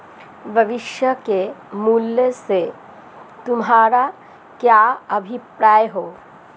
भविष्य के मूल्य से तुम्हारा क्या अभिप्राय है?